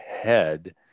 head